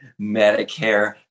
Medicare